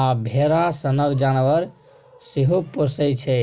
आ भेरा सनक जानबर सेहो पोसय छै